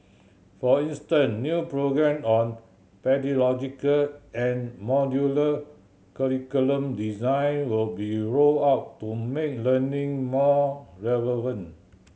for instance new programme on pedagogical and modular curriculum design will be rolled out to make learning more relevant